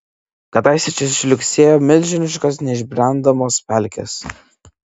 kadaise čia žliugsėjo milžiniškos neišbrendamos pelkės